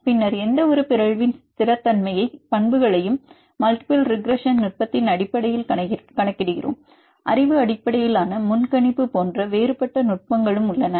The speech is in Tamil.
பின்னர் எந்தவொரு பிறழ்வின் ஸ்திரத்தன்மையை பண்புகளையும் மல்டிபிள் ரிக்ரஸ்ஸோன் நுட்பத்தின் அடிப்படையில் கணக்கிடுகிறோம் அறிவு அடிப்படையிலான முன்கணிப்பு போன்ற வேறுபட்ட நுட்பங்களும் உள்ளன